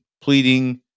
pleading